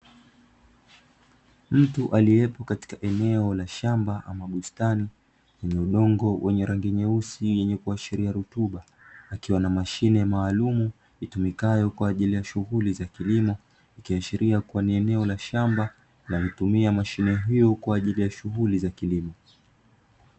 Mtu aliyepo katika eneo la shamba ama bustani, yenye udongo wenye rangi nyeusi yenye kuashiria rutuba, akiwa na mashine maalumu, itumikayo kwa ajili ya shughuli za kilimo, ikiashiria kuwa ni eneo la shamba, na hutumia mashine hiyo kwa ajili ya shughuli za kilimo.